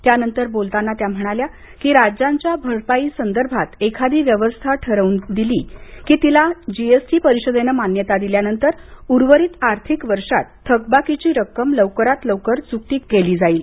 त्यानंतर बोलताना त्या म्हणाल्या की राज्यांच्या भरपाई संदर्भात एखादी व्यवस्था ठरवून तिला जीएसटी परिषदेनं मान्यता दिली की उर्वरित आर्थिक वर्षात थकबाकीची रक्कम लवकरात लवकर चुकती केली जाईल